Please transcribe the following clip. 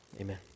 Amen